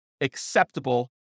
acceptable